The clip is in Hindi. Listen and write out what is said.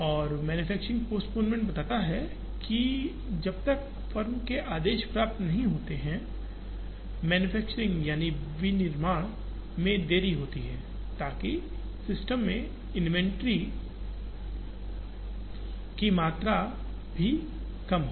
और मैन्युफैक्चरिंग पोस्टपोनमेंट बताता है कि जब तक कि फर्म के आदेश प्राप्त नहीं होते हैं विनिर्माणमैन्युफैक्चरिंग में देरी होती है ताकि सिस्टम में इन्वेंट्री की मात्रा भी कम हो